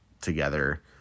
together